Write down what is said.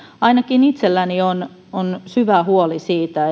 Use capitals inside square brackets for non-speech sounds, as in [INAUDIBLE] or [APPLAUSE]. ainakin itselläni on on syvä huoli siitä [UNINTELLIGIBLE]